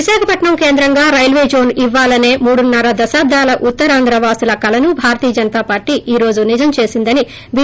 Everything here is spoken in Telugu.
విశాఖపట్నం కేంద్రంగా రైల్వే జోన్ ఇవ్యాలనే మూడున్నర దశాబ్దాల ఉత్తరాంధ్రా వాసుల కలను భారతీయ జనతా పార్టీ ఈ రోజు నిజం చేసిందని బి